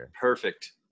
Perfect